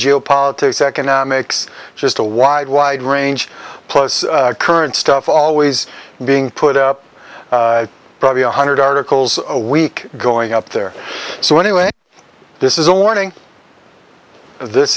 geopolitics economics just a wide wide range plus current stuff always being put up probably one hundred articles a week going up there so anyway this is a warning this